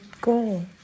goal